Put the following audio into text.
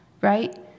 right